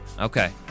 Okay